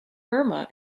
burma